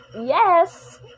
yes